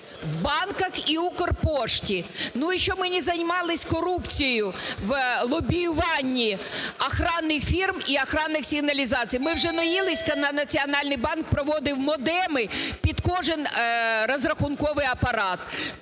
в банках і "Укрпошті". Ну, і щоб ми не займались корупцією в лобіюванні охоронних фірм і охоронних сигналізацій. Ми вже наїлись, коли Національний банк проводив модеми під кожен розрахунковий апарат.